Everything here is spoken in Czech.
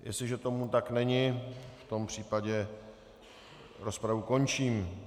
Jestliže tomu tak není, v tom případě rozpravu končím.